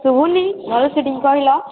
ଶୁଭୁନି ଭଲ ସେ ଟିକେ କହିଲ